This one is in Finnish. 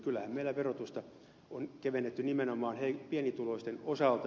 kyllähän meillä verotusta on kevennetty nimenomaan pienituloisten osalta